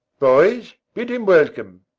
boys, bid him welcome.